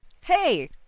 hey